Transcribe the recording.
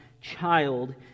child